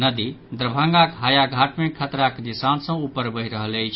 नदी दरभंगाक हायाघाट मे खतराक निशान सँ ऊपर बहि रहल अछि